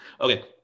okay